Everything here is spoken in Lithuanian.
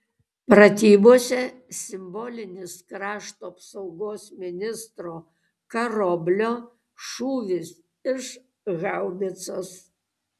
pratybose simbolinis krašto apsaugos ministro karoblio šūvis iš haubicos